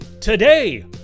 today